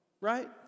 right